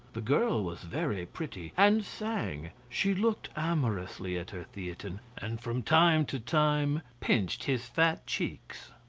the girl was very pretty, and sang she looked amorously at her theatin, and from time to time pinched his fat cheeks.